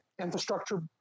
infrastructure